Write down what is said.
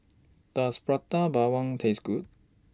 Does Prata Bawang Taste Good